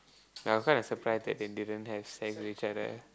I was kind of surprised that they didn't have sex with each other